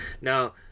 Now